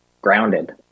grounded